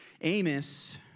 Amos